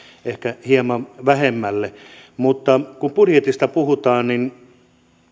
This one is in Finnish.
ehkä hieman vähemmälle mutta kun budjetista puhutaan niin